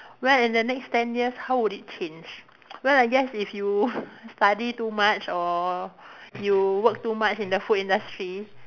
well in the next ten years how would it change well I guess if you study too much or you work too much in the food industry